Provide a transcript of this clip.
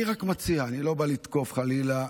אני רק מציע, ואני לא בא לתקוף, חלילה,